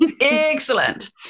excellent